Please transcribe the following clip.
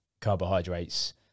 carbohydrates